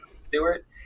Stewart